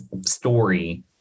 story